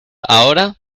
ahora